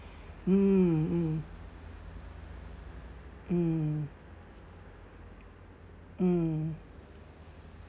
mm mm mm mm